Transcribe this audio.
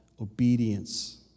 obedience